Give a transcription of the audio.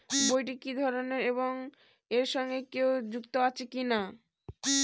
বইটি কি ধরনের এবং এর সঙ্গে কেউ যুক্ত আছে কিনা?